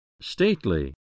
Stately